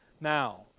Now